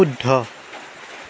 শুদ্ধ